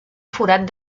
forat